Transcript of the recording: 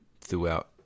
throughout